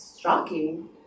shocking